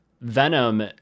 Venom